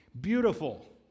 Beautiful